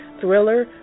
thriller